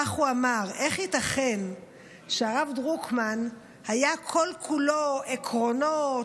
כך הוא אמר: איך ייתכן שהרב דרוקמן היה כל-כולו עקרונות,